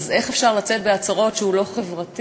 אז איך אפשר לצאת בהצהרות שהוא לא חברתי,